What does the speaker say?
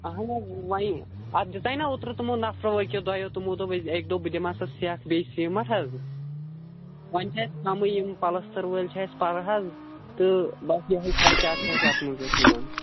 اَہن حظ وۄنۍ اَتھ دِژٲے نا اوٗترٕ تِمو نفرو أکیٛو دۅیو تِمو دوٚپ أکۍ دوٚپ بہٕ دِمہٕ ہسا سیٚکھ بیٚیہِ سیٖمنٹ حظ وۄنۍ چھ اَسہِ کمٕے یِم پلستر وٲلۍ چھِ اَسہِ پرٕ حظ تہٕ بس یہَے خرچاتھ چھِ اَسہِ اَتھ منٛز حظ یِوان